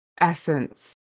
essence